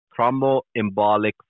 thromboembolic